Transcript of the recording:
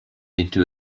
into